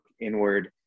inward